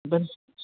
ಬನ್ನಿ